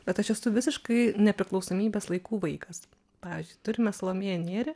bet aš esu visiškai nepriklausomybės laikų vaikas pavyzdžiui turime salomėją nėrį